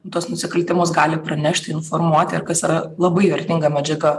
tuos nusikaltimus gali pranešti informuoti ir kas yra labai vertinga medžiaga